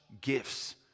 gifts